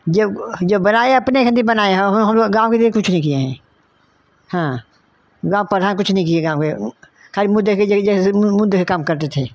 जो जो बराय अपने खातिर बनाएँ हैं हो हो हम लोग गाँव के लिए कुछ नहीं किए हैं हाँ गाँव के प्रधान कुछ नहीं किए गाँव के खाली मुँह मुँह देख के काम करते थे